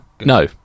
No